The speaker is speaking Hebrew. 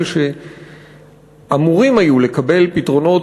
אלה שאמורים היו לקבל פתרונות